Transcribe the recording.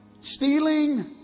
stealing